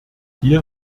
hier